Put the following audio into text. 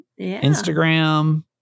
Instagram